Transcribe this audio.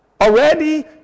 already